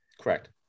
Correct